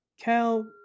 Cal